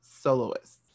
soloists